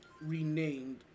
renamed